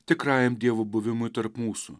tikrajam dievo buvimui tarp mūsų